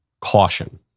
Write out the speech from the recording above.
caution